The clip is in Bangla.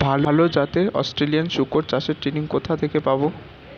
ভালো জাতে অস্ট্রেলিয়ান শুকর চাষের ট্রেনিং কোথা থেকে পাব?